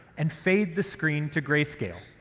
and fade the screen to gray scale,